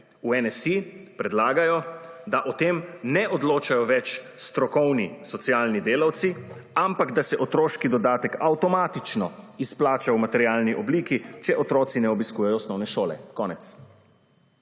V NSi predlagajo, da o tem ne odločajo več strokovni socialni delavci, ampak da se otroški dodatek avtomatično izplača v materialni obliki, če otroci ne obiskujejo osnovne šole – konec.